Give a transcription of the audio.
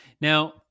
Now